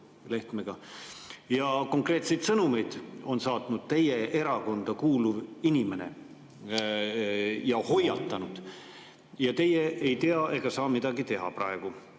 Konkreetseid sõnumeid on saatnud teie erakonda kuuluv inimene ja hoiatanud. Ja teie ei tea ega saa midagi teha praegu.